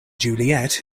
juliet